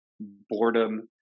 boredom